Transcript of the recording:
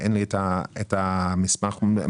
אין לי את המסמך כאן.